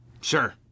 sure